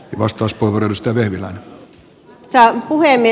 arvoisa puhemies